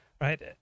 right